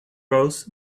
rose